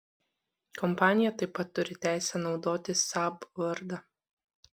kompanija taip pat turi teisę naudoti saab vardą